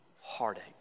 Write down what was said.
heartache